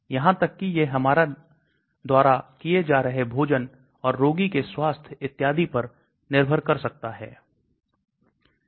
वहां एक अतिरिक्त CH3 जोड़ा गया है इसलिए LogP थोड़ा ही बड़ा है लेकिन इस पारगम्यता में वृद्धि हुई है और मौखिक बायोअवेलेबिलिटी में जबरदस्त वृद्धि हुई है